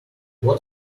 what